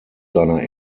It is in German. seiner